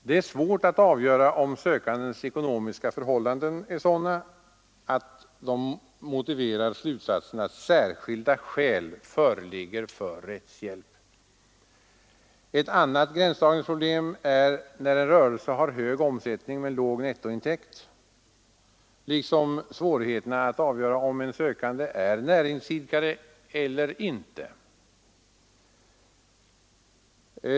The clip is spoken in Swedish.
Det är svårt att avgöra om sökandens ekonomiska förhållanden är sådana att de motiverar slutsatsen att särskilda skäl föreligger för rättshjälp. Ett annat gränsdragningsproblem är när en rörelse har hög omsättning men låg nettointäkt, liksom svårigheterna att avgöra om den sökande är näringsidkare eller inte.